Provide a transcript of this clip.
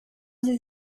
sie